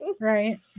right